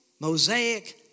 mosaic